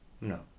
No